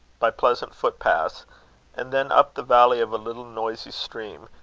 by pleasant footpaths and then up the valley of a little noisy stream,